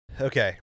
Okay